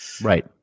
Right